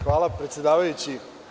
Hvala, predsedavajući.